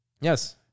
Yes